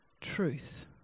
truth